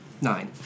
Nine